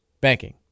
banking